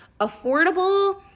affordable